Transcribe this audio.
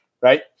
right